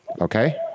Okay